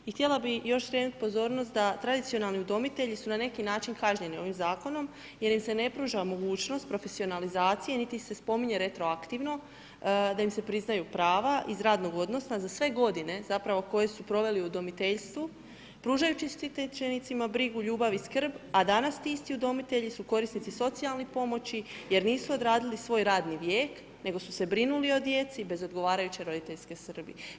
I htjela bi još skrenuti pozornost da tradicionalni udomitelji su na neki način kažnjeni ovim zakonom jer im se ne pruža mogućnost profesionalizacije niti se spominje retroaktivno da im se priznaju prava iz radnog odnosa za sve godine koje su proveli u udomiteljstvu pružajući štićenicima brigu, ljubav i skrb a danas ti isti udomitelji su korisnici socijalne pomoći jer nisu odradili svoj radni vijek nego su se brinuli o djeci bez odgovarajuće roditeljske skrbi.